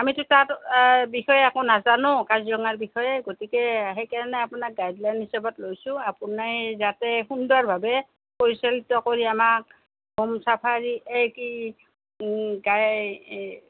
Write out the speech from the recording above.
আমিতো তাৰ বিষয়ে একো নাজানোঁ কাজিৰঙাৰ বিষয়ে গতিকে সেইকাৰণে আপোনাক গাইডলাইন হিচাপত লৈছোঁ আপুনি যাতে সুন্দৰভাৱে পৰিচলিত কৰি আমাক হোম চাফাৰী এই কি